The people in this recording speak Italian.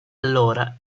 allora